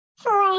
four